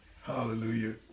Hallelujah